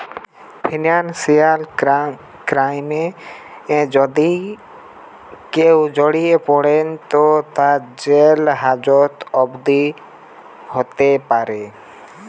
financial ক্রাইমে যদি কেও জড়িয়ে পড়ে তো তার জেল হাজত অবদি হোতে পারে